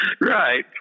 Right